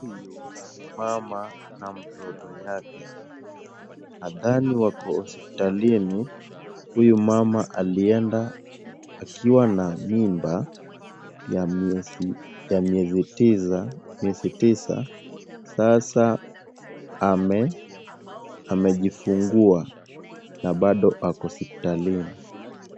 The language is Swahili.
Huyu ni mama na mtoto yake. Nadhani wako hospitalini. Huyu mama alienda akiwa na mimba ya miezi tisa, sasa amejifungua na bado ako hospitalini.